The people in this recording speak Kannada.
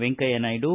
ವೆಂಕಯ್ಯ ನಾಯ್ದು